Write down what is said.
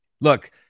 Look